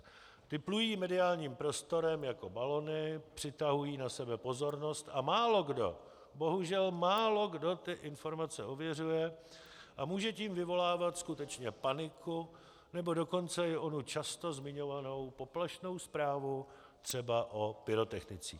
Ty plují mediálním prostorem jako balony, přitahují na sebe pozornost a málokdo, bohužel málokdo ty informace ověřuje a může tím vyvolávat skutečně paniku, nebo dokonce i onu často zmiňovanou poplašnou zprávu třeba o pyrotechnicích.